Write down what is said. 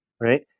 right